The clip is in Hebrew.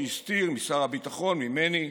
שהסתיר משר הביטחון, ממני,